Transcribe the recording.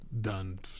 done